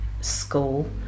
school